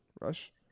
Rush